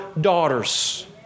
daughters